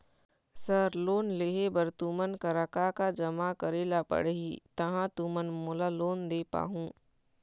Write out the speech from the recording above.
Sir loan लेहे बर तुमन करा का का जमा करें ला पड़ही तहाँ तुमन मोला लोन दे पाहुं?